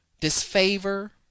disfavor